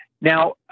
Now